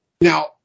now